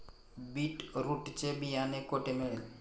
Beetroot चे बियाणे कोठे मिळेल?